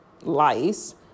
lice